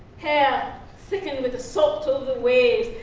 hair thickened with the salt of the waves,